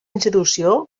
institució